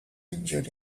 injured